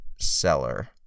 seller